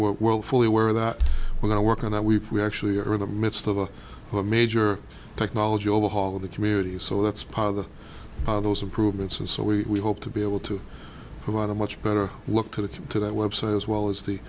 world fully aware that when i work on that we we actually are in the midst of a major technology overhaul of the community so that's part of the how those improvements and so we hope to be able to provide a much better look to the to that website as well as the